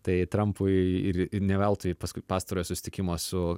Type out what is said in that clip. tai trampui ir ir ne veltui paskui pastarojo susitikimo su